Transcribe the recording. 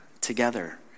together